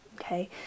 okay